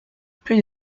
plus